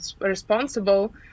responsible